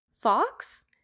Fox